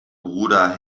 bruder